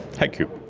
thank you.